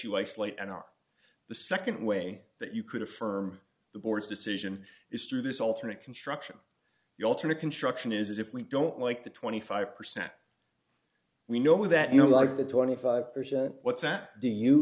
you isolate and are the nd way that you could affirm the board's decision is through this alternate construction the alternate construction is if we don't like the twenty five percent we know that you like the twenty five percent what's that do you